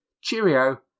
cheerio